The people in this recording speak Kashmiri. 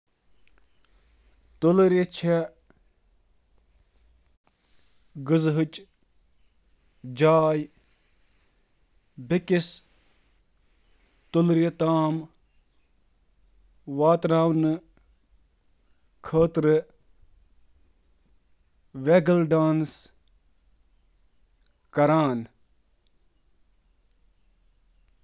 ماچھ مۄکھہٕ چھ مختلف قسمن ہٕنٛدیٚن رقصن ہنٛد استعمال کٔرتھ کھیٚنٕچ جاۓ باقین مۄکھیٚن تام واتناوان، یتھ منٛز شٲمل چھ: ویگل ڈانس، ڈایریکشن، شدت تہٕ باقی۔